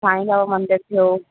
साई बाबा मंदरु थियो